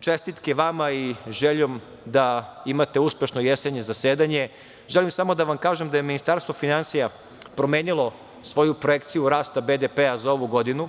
čestitke vama i željom da imate uspešno jesenje zasedanje, želim samo da vam kažem da je Ministarstvo finansija promenila svoju projekciju rasta BDP-a za ovu godinu.